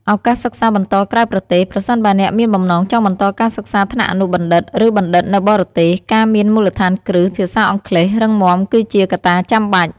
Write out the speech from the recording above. ឱកាសសិក្សាបន្តក្រៅប្រទេស ប្រសិនបើអ្នកមានបំណងចង់បន្តការសិក្សាថ្នាក់អនុបណ្ឌិត ឬបណ្ឌិតនៅបរទេស ការមានមូលដ្ឋានគ្រឹះភាសាអង់គ្លេសរឹងមាំគឺជាកត្តាចាំបាច់។